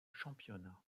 championnat